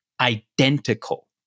identical